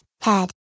Head